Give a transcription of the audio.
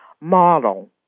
model